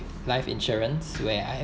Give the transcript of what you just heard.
life insurance where I